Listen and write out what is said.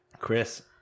Chris